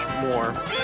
more